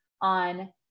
on